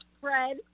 Fred